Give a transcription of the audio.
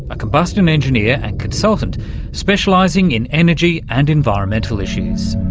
a combustion engineer and consultant specialising in energy and environmental issues.